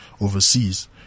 overseas